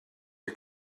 are